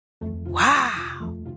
Wow